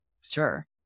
Sure